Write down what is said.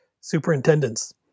superintendents